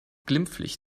glimpflich